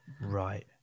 Right